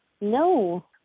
No